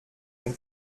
une